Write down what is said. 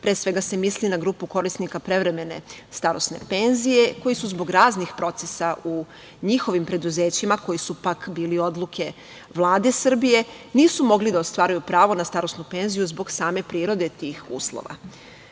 pre svega misli na grupu korisnika prevremene starosne penzije, koji su zbog raznih procesa u njihovim preduzećima, a koje su ipak bile odluke Vlade Srbije, nisu mogli da ostvaruju pravo na starosnu penziju zbog same prirode tih